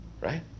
right